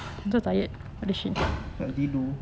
rasa nak tidur